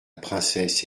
princesse